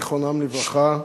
זיכרונם לברכה,